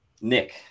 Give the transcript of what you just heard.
Nick